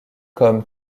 comme